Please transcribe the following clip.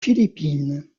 philippines